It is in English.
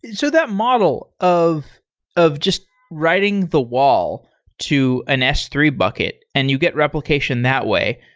so that model of of just writing the wall to an s three bucket and you get replication that way,